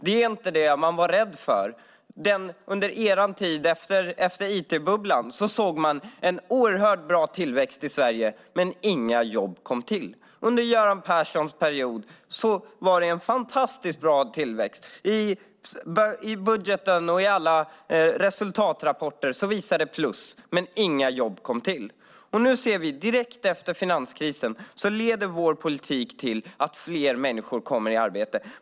Efter IT-bubblan under er tid såg man en oerhört bra tillväxt i Sverige, men inga jobb kom till. Under Göran Perssons period var det en fantastiskt bra tillväxt, budgeten och alla resultatrapporter visade plus, men inga jobb kom till! Nu ser vi direkt efter finanskrisen att vår politik leder till att fler människor kommer i arbete.